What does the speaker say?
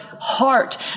heart